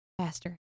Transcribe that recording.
faster